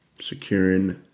securing